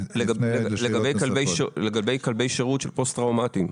לגבי כלבי שירות של פוסט טראומתיים.